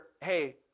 hey